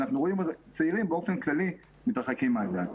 ואנחנו רואים שצעירים באופן כללי מתרחקים מהדת.